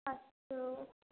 अस्तु